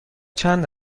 چند